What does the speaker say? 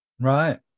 Right